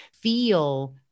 feel